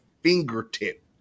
fingertip